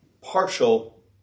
partial